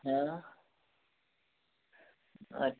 हाँ अच्छा